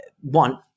one